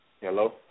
Hello